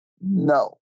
no